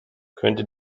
könnte